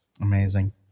Amazing